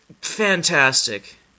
fantastic